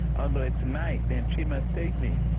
although it's night, and she must take me.